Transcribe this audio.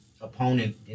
opponent